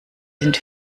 sind